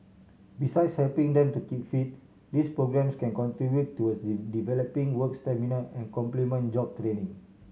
besides helping them to keep fit these programmes can contribute towards developing work stamina and complement job training